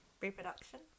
Reproduction